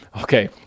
Okay